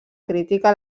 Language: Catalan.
crítica